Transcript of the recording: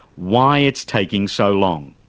why it's taking so long.